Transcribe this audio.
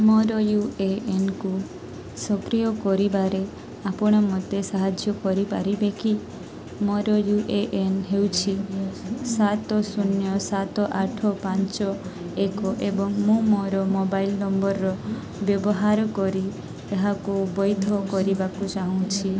ମୋର ୟୁଏଏନ୍କୁ ସକ୍ରିୟ କରିବାରେ ଆପଣ ମୋତେ ସାହାଯ୍ୟ କରିପାରିବେ କି ମୋର ୟୁ ଏ ଏନ୍ ହେଉଛି ସାତ ଶୂନ୍ୟ ସାତ ଆଠ ପାଞ୍ଚ ଏକ ଏବଂ ମୁଁ ମୋର ମୋବାଇଲ ନମ୍ବରର ବ୍ୟବହାର କରି ଏହାକୁ ବୈଧ କରିବାକୁ ଚାହୁଁଛି